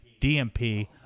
DMP